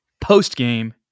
post-game